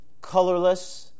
colorless